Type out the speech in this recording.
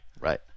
Right